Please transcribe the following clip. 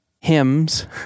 hymns